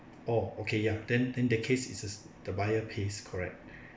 orh okay ya then then in that case it is the buyer pays correct